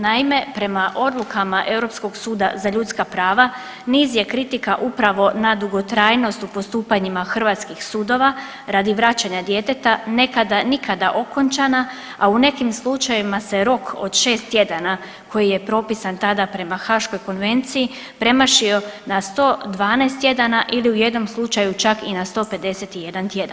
Naime, prema odlukama Europskog suda za ljudska prava, niz je kritika upravo na dugotrajnost u postupanjima hrvatskih sudova radi vraćanja djeteta, nekada nikada okončana, a u nekim slučajevima se rok od 6 tjedana koji je propisan tada prema Haaškoj konvenciji, premašio na 112 tjedana ili u jednom slučaju, čak i na 151 tjedan.